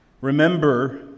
Remember